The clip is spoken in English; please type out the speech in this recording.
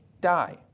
die